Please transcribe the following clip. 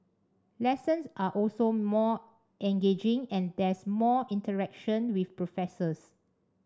lessons are also more engaging and there's more interaction with professors